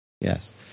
Yes